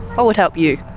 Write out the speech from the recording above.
what would help you?